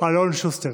אלון שוסטר.